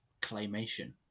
claymation